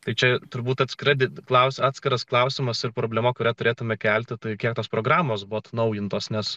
tai čia turbūt skraidyti klaus atskiras klausimas ar problema kurią turėtumėme kelti tai kiek tos programos buvo atnaujintos nes